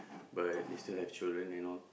but they still have children and all